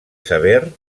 sever